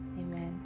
Amen